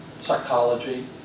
psychology